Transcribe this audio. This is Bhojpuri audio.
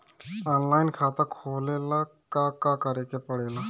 ऑनलाइन खाता खोले ला का का करे के पड़े ला?